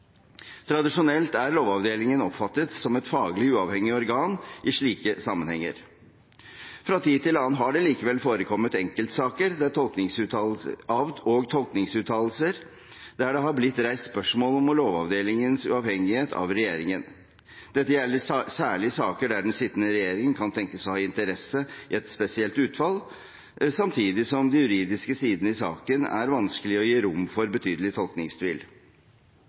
Tradisjonelt er Lovavdelingen oppfattet som et faglig uavhengig organ i slike sammenhenger. Fra tid til annen har det likevel forekommet enkeltsaker og tolkningsuttalelser der det har blitt reist spørsmål om Lovavdelingens uavhengighet av regjeringen. Dette gjelder særlig i saker der den sittende regjeringen kan tenkes å ha interesse i et spesielt utfall, samtidig som de juridiske sidene i saken er vanskelige og gir rom for betydelig tolkningstvil.